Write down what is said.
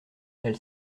elle